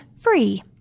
free